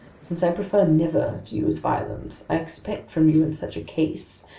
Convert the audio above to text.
since i prefer never to use violence, i expect from you in such a case,